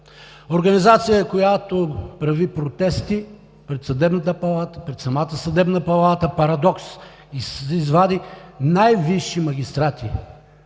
Организация, която прави протести пред Съдебната палата, пред самата Съдебна палата – парадокс. Извади най-висши магистрати